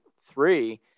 three